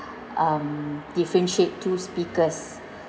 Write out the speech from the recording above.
um differentiate two speakers